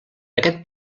aquest